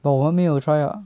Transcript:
but 我们没有 try lah